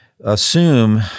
assume